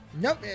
Nope